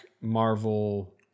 Marvel